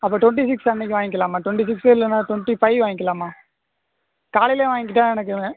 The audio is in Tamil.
அப்பபோ டுவெண்ட்டி சிக்ஸ் அன்னக்கு வாங்கிக்கலாமா டுவெண்ட்டி சிக்ஸு இல்லைனா டுவெண்ட்டி ஃபைவ் வாங்கிக்கலாமா காலையிலே வாங்கிக்கிட்டால் எனக்கு